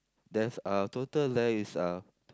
there's a total there is uh